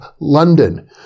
London